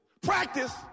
Practice